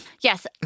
Yes